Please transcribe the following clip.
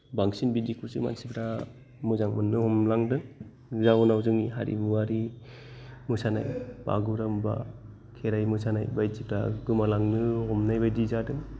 बांसिन बिदिखौसो मानसिफोरा मोजां मोननो हमलांदों जाउनाव जोंनि हारिमुआरि मोसानाय बागुरुम्बा खेराइ मोसानाय बायदिफ्रा गोमालांनो हमनाय बायदि जादों